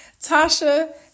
Tasha